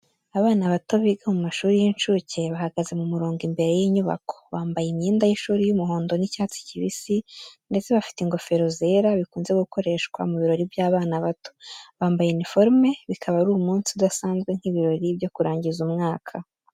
Abana bato biga mu mashuri y’incuke bahagaze mu murongo imbere y’inyubako. Bambaye imyenda y’ishuri y’umuhondo n’icyatsi kibisi ndetse bafite ingofero zera, bikunze gukoreshwa mu birori by’abana bato. Bambaye iniforme, bikaba ari umunsi udasanzwe nk'ibirori byo kurangiza umwaka.